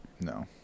No